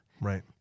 Right